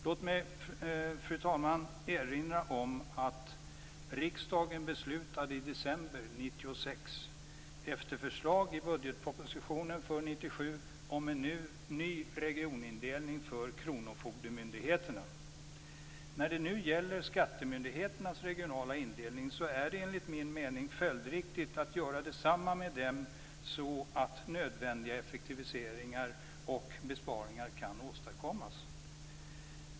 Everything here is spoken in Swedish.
Låt mig, fru talman, erinra om att riksdagen i december 1996 efter förslag i budgetpropositionen för 1997 beslutade om en ny regionindelning för kronofogdemyndigheterna. När det nu gäller skattemyndighetens regionala indelning är det enligt min mening följdriktigt att göra detsamma med den så att nödvändiga effektiviseringar och besparingar kan åstadkommas.